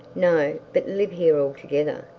no, but live here altogether.